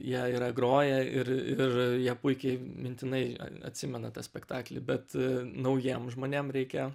ją yra groję ir ir jie puikiai mintinai atsimena tą spektaklį bet naujiem žmonėm reikia